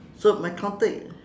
so my counter